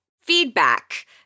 feedback